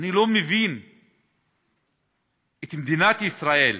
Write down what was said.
ואני לא מבין את מדינת ישראל.